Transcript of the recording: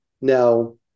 Now-